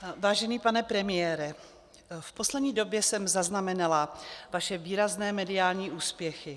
Vážený pane premiére, v poslední době jsem zaznamenala vaše výrazné mediální úspěchy.